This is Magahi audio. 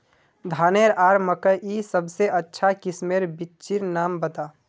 धानेर आर मकई सबसे अच्छा किस्मेर बिच्चिर नाम बता?